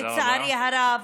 לצערי הרב,